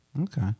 Okay